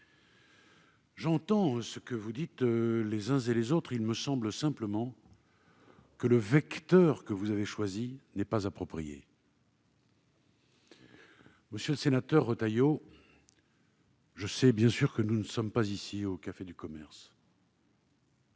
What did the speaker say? J'entends ce que vous dites les uns et les autres, mais il me semble simplement que le vecteur que vous avez choisi n'est pas approprié. Monsieur Retailleau, je sais que nous ne sommes pas ici au café du commerce